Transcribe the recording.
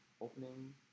opening